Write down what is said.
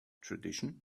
tradition